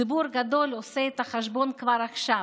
ציבור גדול עושה את החשבון כבר עכשיו,